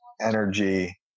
energy